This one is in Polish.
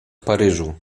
paryżu